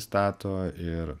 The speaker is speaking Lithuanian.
stato ir